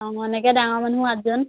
অঁ এনেকৈ ডাঙৰ মানুহ আঠজন